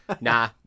nah